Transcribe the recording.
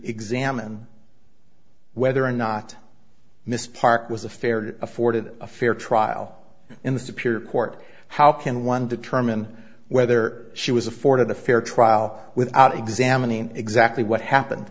examine whether or not mr park was a fair afforded a fair trial in the superior court how can one determine whether she was afforded a fair trial without examining exactly what happened